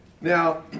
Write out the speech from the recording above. Now